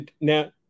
now